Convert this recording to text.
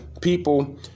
people